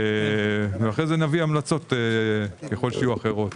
ואז נביא המלצות, ככל שיהיו, אחרות.